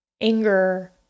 Anger